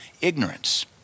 ignorance